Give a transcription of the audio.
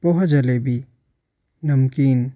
पोहा जलेबी नमकीन